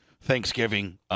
Thanksgiving